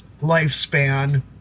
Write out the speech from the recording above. lifespan